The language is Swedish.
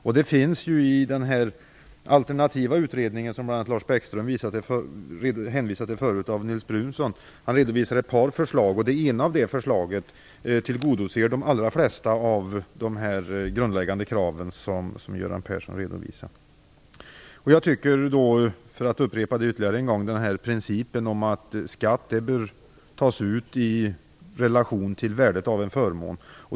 I den alternativa utredning av Nils Brunsson, som bl.a. Lars Bäckström hänvisade till förut, finns ett par förslag, och i det ena av de förslagen tillgodoses de allra flesta av de grundläggande krav som Göran Persson redovisade. Låt mig ytterligare en gång hänvisa till principen att skatt bör tas ut i relation till värdet av en förmån.